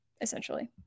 essentially